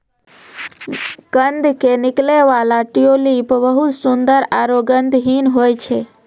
कंद के निकलै वाला ट्यूलिप बहुत सुंदर आरो गंधहीन होय छै